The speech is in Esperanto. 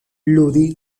ludi